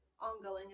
ongoing